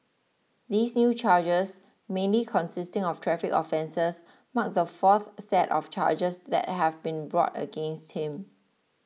these new charges mainly consisting of traffic offences mark the fourth set of charges that have been brought against him